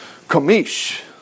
Kamish